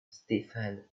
stefan